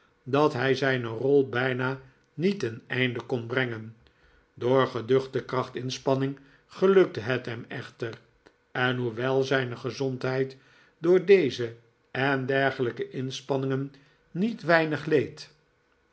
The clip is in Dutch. dat hij zijne rol bijna niet ten einde kon brengen door geduchte krachtsinspanning gelukte het hem echter en hoewel zijne gezondheid door deze en dergelijke inspanningen niet weinig leed